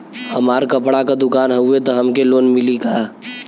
हमार कपड़ा क दुकान हउवे त हमके लोन मिली का?